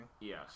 Yes